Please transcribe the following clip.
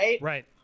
right